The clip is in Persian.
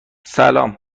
سلام